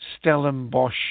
Stellenbosch